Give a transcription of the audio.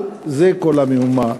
על זה כל המהומה.